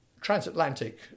transatlantic